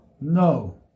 no